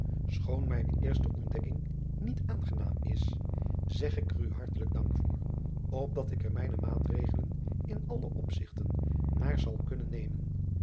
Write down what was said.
schoon mij de eerste ontdekking niet aangenam is zeg ik er u hartelijk dank voor opdat ik er mijne maatregelen in alle opzigten naar zal kunnen nemen